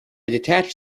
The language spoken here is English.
detached